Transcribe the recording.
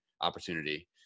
opportunity